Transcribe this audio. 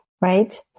right